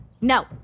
No